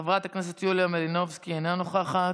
חברת הכנסת יוליה מלינובסקי, אינה נוכחת.